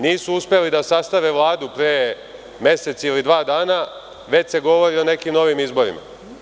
Nisu uspeli da sastave vladu pre mesec ili dva dana, već se govori o nekim novim izborima.